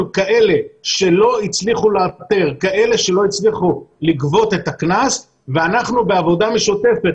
כאלה שלא הצליחו לגבות את הקנס ואנחנו בעבודה משותפת,